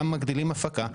גם מגדילים הפקה,